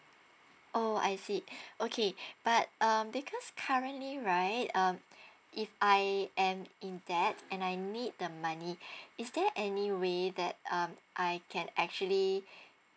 orh I see okay but um because currently right um if I am in that and I need the money is there any way that um I can actually